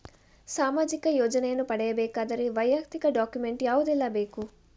ಸಾಮಾಜಿಕ ಯೋಜನೆಯನ್ನು ಪಡೆಯಬೇಕಾದರೆ ವೈಯಕ್ತಿಕ ಡಾಕ್ಯುಮೆಂಟ್ ಯಾವುದೆಲ್ಲ ಬೇಕು?